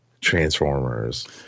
transformers